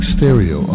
Stereo